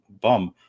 bum